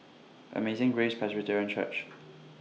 Amazing Grace Presbyterian Church